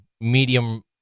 medium